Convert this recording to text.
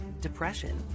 depression